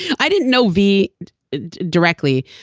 i didn't know v directly.